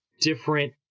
different